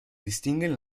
distinguen